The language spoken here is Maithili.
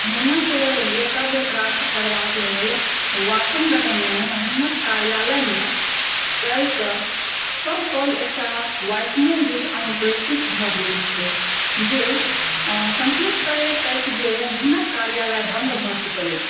हुनक वक्तव्य प्राप्त करबाक लेल वाशिङ्गटनमे हुनक कार्यालयमे कालिसँ सब कॉल एकटा वॉइस मेल दिस अनुप्रेषित भऽ गेल छै जे सङ्केत करैत अछि जे हुनक कार्यालय बन्द भऽ चुकल अछि